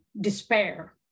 despair